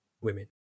women